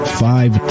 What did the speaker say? five